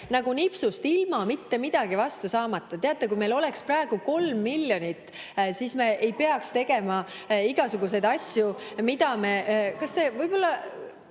nagu nipsust, ilma mitte midagi vastu saamata. Teate, kui meil oleks praegu 3 miljonit, siis me ei peaks tegema igasuguseid asju, mida me … (Saalist